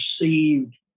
received